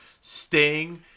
Sting